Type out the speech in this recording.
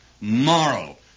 moral